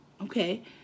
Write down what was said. okay